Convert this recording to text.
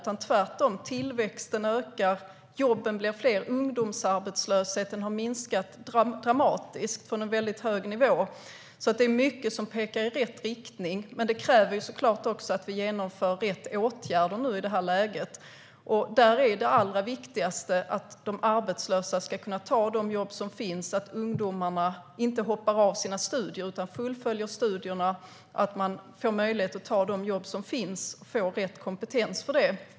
Tvärtom - tillväxten ökar, jobben blir fler och ungdomsarbetslösheten har minskat dramatiskt från en väldigt hög nivå, så det är mycket som pekar i rätt riktning. Men det kräver såklart också att vi genomför rätt åtgärder i det här läget. Där är det allra viktigaste att de arbetslösa ska kunna ta de jobb som finns och att ungdomar inte hoppar av utan fullföljer sina studier så att de får rätt kompetens och möjlighet att ta de jobb som finns.